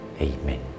Amen